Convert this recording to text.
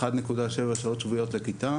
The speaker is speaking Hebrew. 1.7 שעות שבועיות לכיתה,